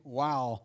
wow